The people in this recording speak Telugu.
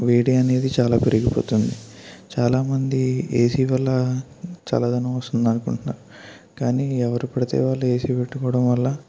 వేడి అనేది చాలా పెరిగిపోతుంది చాలామంది ఏసీ వల్ల చల్లదనం వస్తుందనుకుంటున్నారు కానీ ఎవరు పడితే వాళ్ళు ఏసీ పెట్టుకోవడం వల్ల